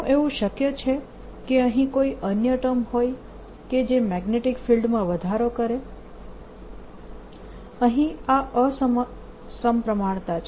શું એવું શક્ય છે કે અહીં કોઈ અન્ય ટર્મ હોય કે જે મેગ્નેટીક ફિલ્ડમાં વધારો કરે અહીં આ અસમપ્રમાણતા છે